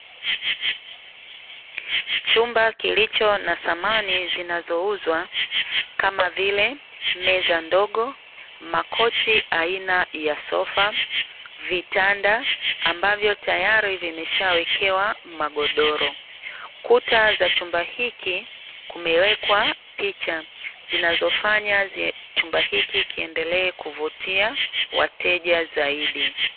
Chumba kilicho na samani zinazouzwa kama vile meza ndogo, makochi aina ya sofa, vitanda ambavyo tayari vimesha wekewa magodoro. Kuta za chumba hiki kumewekwa picha zinazofanya chumba hiki kiendelee kuvutia wateja zaidi.